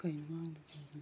ꯀꯩꯅꯣ